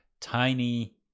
tiny